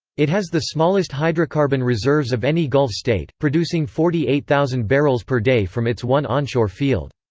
it has the smallest hydrocarbon reserves of any gulf state, producing forty eight thousand barrels per day from its one onshore field.